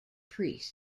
priests